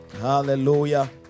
Hallelujah